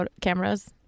cameras